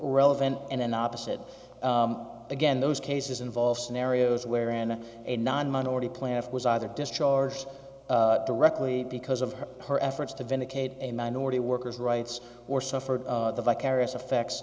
relevant and opposite again those cases involve scenarios where in a non minority plan was either discharged directly because of her efforts to vindicate a minority workers rights or suffered the vicarious effects